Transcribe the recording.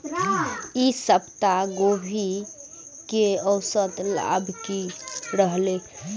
ई सप्ताह गोभी के औसत भाव की रहले?